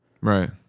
Right